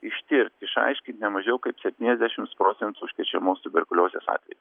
ištirt išaiškint ne mažiau kaip septyniasdešimts procentų užkrečiamos tuberkuliozės atvejų